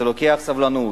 זה לוקח סבלנות,